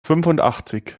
fünfundachtzig